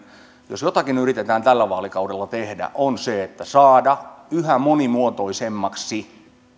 jos jotakin yritetään tällä vaalikaudella tehdä on saada yhä monimuotoisemmaksi